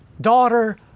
daughter